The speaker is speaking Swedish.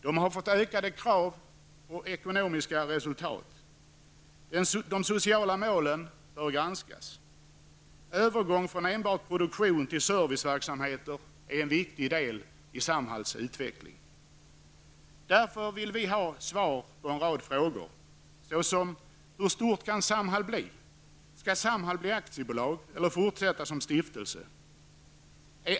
Man har fått ökade krav när det gäller ekonomiska resultat. De sociala målen bör granskas. Övergång från enbart produktion till serviceverksamhet är en viktig del av Samhalls utveckling. Vi vill därför ha svar på en rad frågor: Hur stort kan Samhall bli? Skall Samhall bli aktiebolag eller fortsätta som stiftelse?